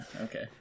Okay